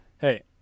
hey